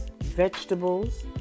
vegetables